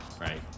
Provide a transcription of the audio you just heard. Right